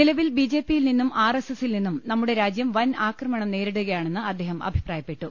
നിലവിൽ ബിജെപിയിൽ നിന്നും ആർ എസ്എസിൽ നിന്നും നമ്മുടെ രാജ്യം വൻ ആക്രമണം നേരിടു കയാണെന്ന് അദ്ദേഹം അഭിപ്രായപ്പെട്ടു